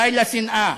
די לשנאה,